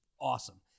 awesome